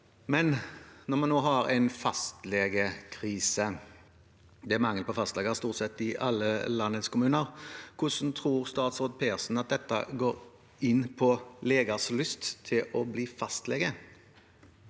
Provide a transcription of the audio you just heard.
Når vi nå har en fastlegekrise – det er mangel på fastleger stort sett i alle landets kommuner: Hvordan tror statsråd Persen dette virker inn på legers lyst til å bli fastlege?